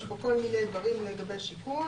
יש פה כל מיני דברים לגבי שיכון.